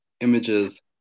images